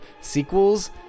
sequels